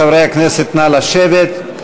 חברי הכנסת, נא לשבת.